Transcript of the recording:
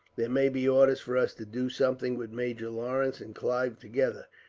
there may be orders for us to do something. with major lawrence and clive together,